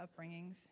upbringings